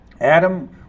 Adam